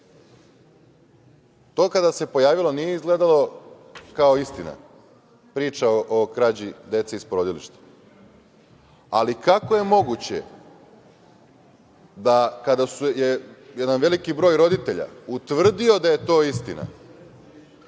kada se pojavilo nije izgledalo kao istina, priča o krađi dece iz porodilišta. Ali, kako je moguće da kada je jedan veliki broj roditelja utvrdio da je to istina,